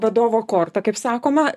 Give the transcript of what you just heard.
vadovo kortą kaip sakoma